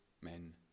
men